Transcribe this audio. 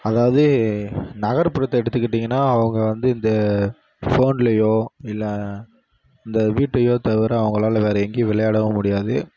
அதாவது நகர்ப்புறத்தை எடுத்துக்கிட்டீங்கன்னால் அவங்க வந்து இந்த ஃபோன்லையோ இல்லை இந்த வீட்டையோ தவிர அவங்களால வேறு எங்கேயும் விளையாடவும் முடியாது